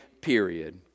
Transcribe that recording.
period